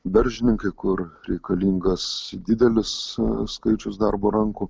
daržininkai kur reikalingas didelis skaičius darbo rankų